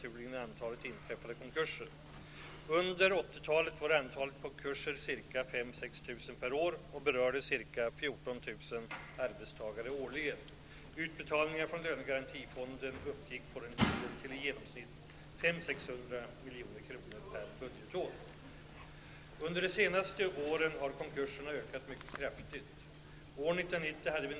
Under 1980-talet var antalet konkurser ca 5 000--6 000 per år och berörde ca 14 000 arbetstagare årligen. Utbetalningarna från lönegarantifonden uppgick på den tiden till i genomsnitt 500--600 milj.kr. per budgetår. Under de senaste åren har konkurserna ökat mycket kraftigt.